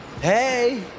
Hey